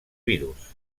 virus